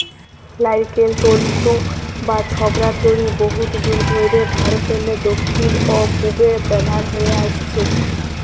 লাইড়কেল তল্তু বা ছবড়ার দড়ি বহুত যুগ ধইরে ভারতেরলে দখ্খিল অ পূবে ব্যাভার হঁয়ে আইসছে